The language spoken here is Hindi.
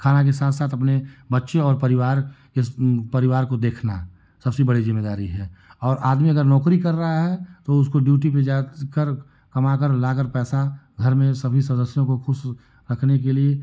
खाना के साथ साथ अपने बच्चे और परिवार के परिवार को देखना सबसे बड़ी जिम्मेदारी है और आदमी अगर नौकरी कर रहा है तो उसको ड्यूटी पर जा कर कमा कर लाकर पैसा घर में सभी सदस्यो को खुश रखने के लिए